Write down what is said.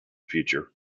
future